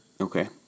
Okay